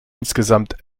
insgesamt